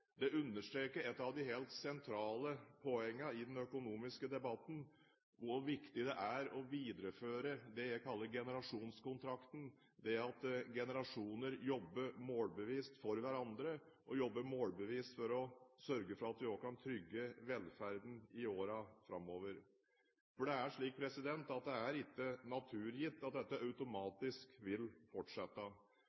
Det understreker et av de helt sentrale poengene i den økonomiske debatten: hvor viktig det er å videreføre det jeg kaller generasjonskontrakten – det at generasjoner jobber målbevisst for hverandre og jobber målbevisst for å sørge for at vi også kan trygge velferden i årene framover. Det er ikke naturgitt at dette automatisk vil fortsette. Det er